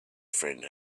friend